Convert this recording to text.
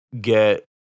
get